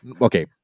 okay